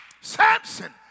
Samson